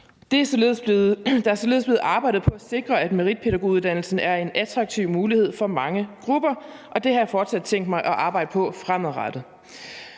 Der er således blevet arbejdet på at sikre, at meritpædagoguddannelsen er en attraktiv mulighed for mange grupper, og det har jeg fortsat tænkt mig at arbejde på fremadrettet.